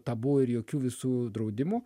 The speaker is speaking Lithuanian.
tabu ir jokių visų draudimų